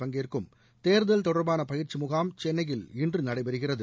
பங்கேற்கும் தேர்தல் தொடர்பான பயிற்சி முகாம் சென்னையில் இன்று நடைபெறுகிறது